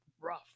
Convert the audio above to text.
Rough